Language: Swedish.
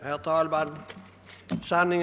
Herr talman!